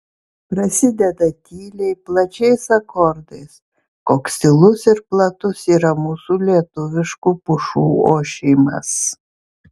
prasideda tyliai plačiais akordais koks tylus ir platus yra mūsų lietuviškų pušų ošimas